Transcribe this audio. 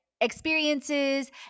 experiences